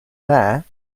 there